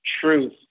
truth